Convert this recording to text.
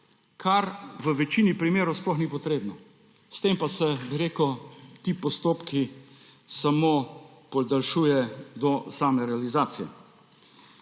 kar v večini primerov sploh ni potrebno. S tem pa se ti postopki samo podaljšujejo do same realizacije.